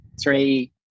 three